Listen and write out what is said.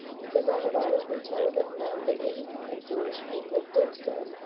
because i have always been told that none but ignorant and foolish people did so.